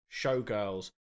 Showgirls